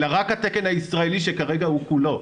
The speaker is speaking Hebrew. אלא רק התקן הישראלי שכרגע הוא כולו.